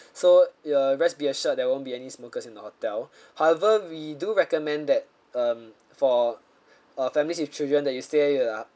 so uh rest be assured there won't be any smokers in the hotel however we do recommend that um for uh families with children that you say err uh